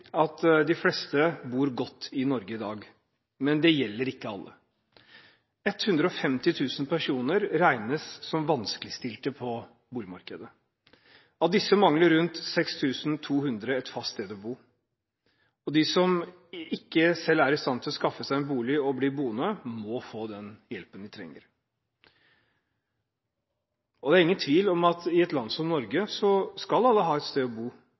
at de fleste bor godt i Norge i dag, men det gjelder ikke alle. 150 000 personer regnes som vanskeligstilte på boligmarkedet. Av disse mangler rundt 6 200 et fast sted å bo. De som ikke selv er i stand til å skaffe seg en bolig og bli boende, må få den hjelpen de trenger. Det er ingen tvil om at i et land som Norge skal alle ha et sted å bo,